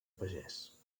pagès